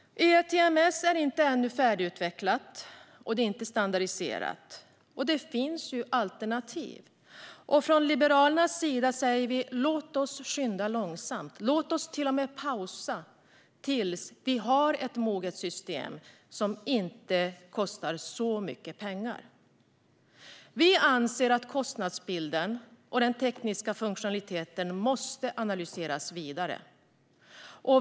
ERTMS är ännu inte färdigutvecklat och inte standardiserat. Det finns ju alternativ. Vi från Liberalerna säger att man ska skynda långsamt. Låt oss till och med pausa tills det finns ett moget system som inte kostar så mycket pengar! Vi anser att kostnadsbilden och den tekniska funktionaliteten måste analyseras vidare.